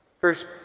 First